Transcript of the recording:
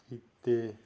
ਕੀਤੇ